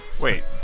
Wait